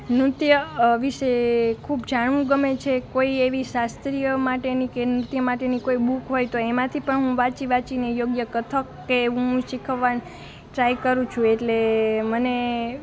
નૃત્ય વિષે ખૂબ જાણવું ગમે છે કોઈ એવી શાસ્ત્રીય માટેની કે નૃત્ય માટેની કોઈ બુક હોય તો એમાંથી પણ વાંચી વાંચી ને યોગ્ય કથક કે એ હું શીખવાની ટ્રાઈ કરું છું એટલે મને